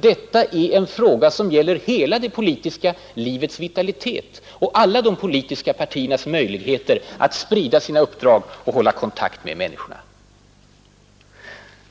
Det är en fråga som gäller hela det politiska livets vitalitet och alla de politiska partiernas möjligheter att sprida sina uppdrag och hålla kontakt med människorna.